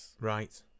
Right